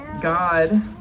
God